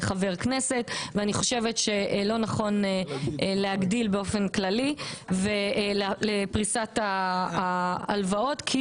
חבר כנסת ואני חושבת שלא נכון להגדיל באופן כללי לפריסת ההלוואות כי